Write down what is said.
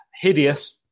hideous